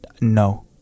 No